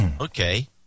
Okay